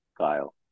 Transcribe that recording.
Kyle